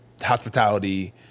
hospitality